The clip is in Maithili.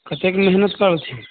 कतेक मेहनत करलथिन